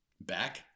Back